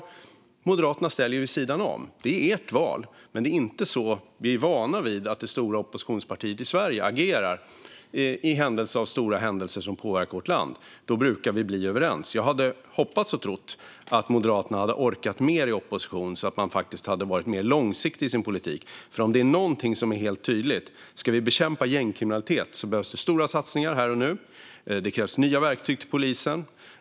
Moderaterna ställer sig vid sidan om. Det är ert val, men det är inte så vi är vana vid att det stora oppositionspartiet i Sverige agerar vid stora händelser som påverkar vårt land. Då brukar vi bli överens. Jag hade hoppats och trott att Moderaterna skulle orka mer i opposition, så att man faktiskt hade varit mer långsiktig i sin politik. Det är nämligen någonting som är helt tydligt: Ska vi bekämpa gängkriminalitet behövs det stora satsningar här och nu. Det krävs nya verktyg till polisen.